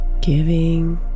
Giving